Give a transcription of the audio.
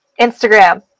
instagram